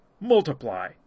multiply